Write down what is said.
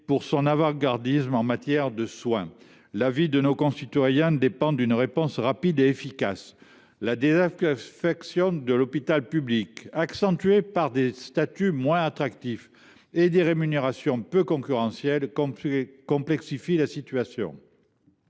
pour son avant gardisme en matière de soins. La vie de nos concitoyens dépend d’une réponse rapide et efficace. La désaffection de l’hôpital public, accentuée par des statuts moins attractifs et des rémunérations peu concurrentielles, complexifie la situation.